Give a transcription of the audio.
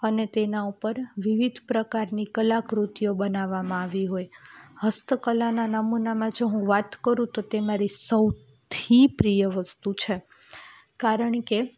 અને તેના ઉપર વિવિધ પ્રકારની કલાકૃતિઓ બનાવવામાં આવી હોય હસ્તકલાના નમૂનામાં જો હું વાત કરું તો તે મારી સૌથી પ્રિય વસ્તુ છે કારણ કે